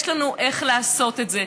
יש לנו איך לעשות את זה.